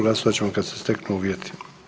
Glasovat ćemo kada se steknu uvjeti.